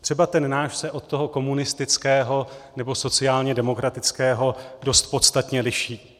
Třeba ten náš se od toho komunistického nebo sociálně demokratického dost podstatně liší.